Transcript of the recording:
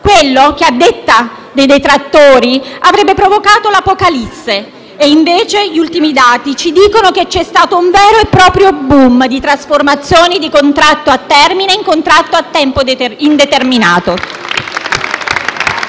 quello che a detta dei detrattori avrebbe provocato l'apocalisse e invece gli ultimi dati ci dicono che c'è stato un vero e proprio *boom* di trasformazioni di contratti a termine in contratti a tempo indeterminato.